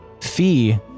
Fee